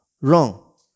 wrong